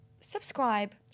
subscribe